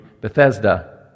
Bethesda